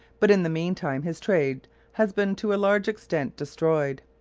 but in the meantime his trade has been to a large extent destroyed.